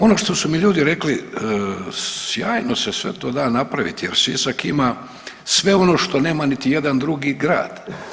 Ono što su mi ljudi rekli, sjajno se sve to da napraviti jer Sisak ima sve ono što nema niti jedan drugi grad.